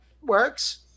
works